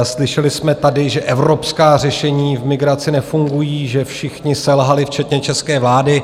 Slyšeli jsme tady, že evropská řešení v migraci nefungují, že všichni selhali, včetně české vlády.